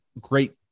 great